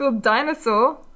dinosaur